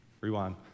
rewind